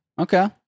Okay